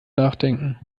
nachdenken